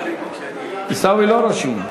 עיסאווי לא רשום.